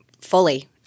Fully